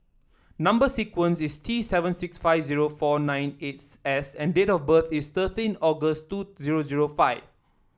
number sequence is T seven six five zero four nine eight S and date of birth is thirteen August two zero zero five